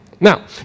Now